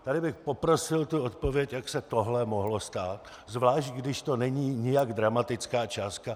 Tady bych poprosil odpověď, jak se tohle mohlo stát, zvlášť když to není nijak dramatická částka.